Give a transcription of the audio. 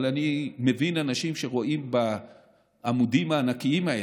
אני מבין אנשים שרואים בעמודים הענקיים האלה,